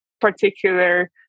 particular